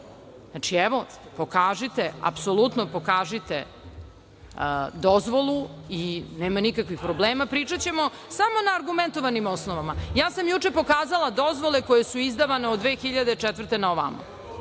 manje. Evo pokažite, apsolutno je pokažite dozvolu i nema nikakvih problema. Pričaćemo samo na argumentovanim osnovama. Ja sam juče pokazala dozvole koje su izdavane od 2004. na ovamo.